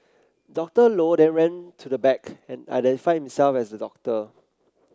Doctor Low then ran to the back and identified himself as a doctor